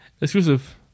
exclusive